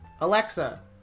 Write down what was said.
Alexa